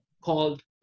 called